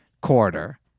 quarter